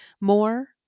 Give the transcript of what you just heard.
more